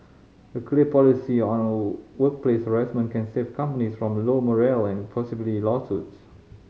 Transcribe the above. a clear policy on workplace harassment can save companies from low morale and possibly lawsuits